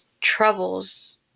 troubles